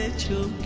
to